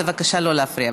בבקשה לא להפריע.